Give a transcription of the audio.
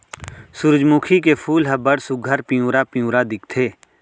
सुरूजमुखी के फूल ह बड़ सुग्घर पिंवरा पिंवरा दिखथे